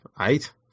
eight